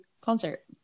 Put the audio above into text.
concert